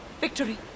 Victory